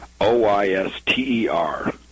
o-y-s-t-e-r